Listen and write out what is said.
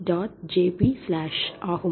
jp ஆகும்